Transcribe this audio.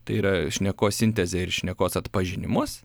tai yra šnekos sintezė ir šnekos atpažinimas